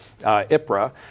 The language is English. IPRA